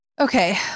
Okay